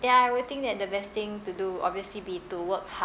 ya I would think that the best thing to do obviously be to work